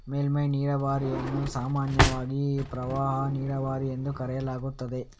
ಮೇಲ್ಮೈ ನೀರಾವರಿಯನ್ನು ಸಾಮಾನ್ಯವಾಗಿ ಪ್ರವಾಹ ನೀರಾವರಿ ಎಂದು ಕರೆಯಲಾಗುತ್ತದೆ